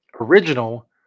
Original